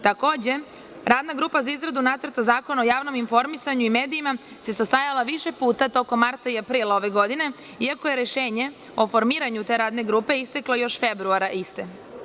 Takođe, Radna grupa za izradu Nacrta Zakona o javnom informisanju i medijima se sastajala više puta tokom marta i aprila ove godine, iako je rešenje o formiranju te radne grupe isteklo još februara iste.